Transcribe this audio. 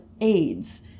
AIDS